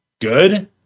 good